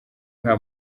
nta